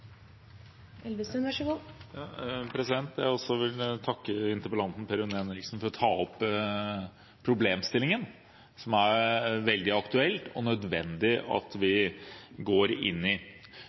Per Rune Henriksen for å ta opp problemstillingen, som er veldig aktuell, og som det er nødvendig at vi går inn i.